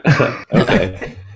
Okay